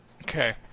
okay